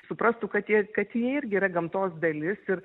suprastų kad jie kad jie irgi yra gamtos dalis ir